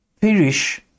perish